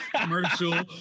commercial